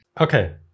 Okay